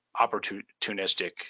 opportunistic